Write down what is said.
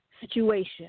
situation